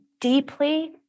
deeply